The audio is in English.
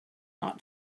not